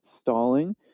stalling